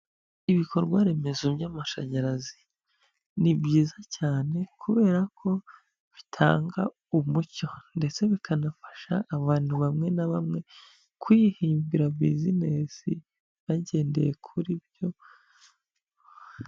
Ibikorwa remezo by'amashanyarazi ni byiza cyane kubera ko bitanga umucyo ndetse bikanafasha abantu bamwe na bamwe kwihimbira bizinesi bagendeye kuri byo.